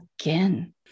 again